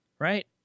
Right